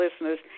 listeners